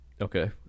Okay